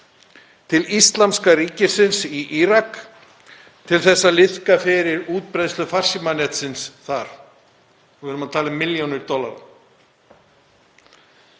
til íslamska ríkisins í Írak til að liðka til fyrir útbreiðslu farsímanetsins þar, og við erum að tala um milljónir dollara.